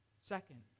Second